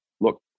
Look